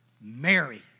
Mary